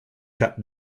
cut